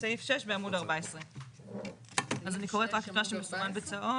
סעיף 6 בעמוד 14. אז אני קוראת רק את מה שמסומן בצהוב.